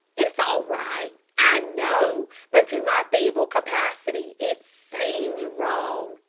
it's all right, i know but to my feeble capacity it seems wrong.